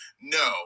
No